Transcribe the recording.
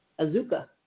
Azuka